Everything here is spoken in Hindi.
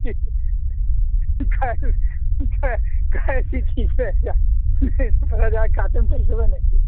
जी कैस कै कैस ही ठीक रहेगा नहीं तो पता चला खाते में तो अइबे नहीं कीस